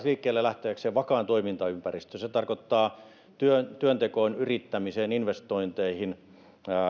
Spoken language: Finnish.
liikkeelle lähteäkseen vakaan toimintaympäristön se se tarkoittaa työntekoon yrittämiseen investointeihin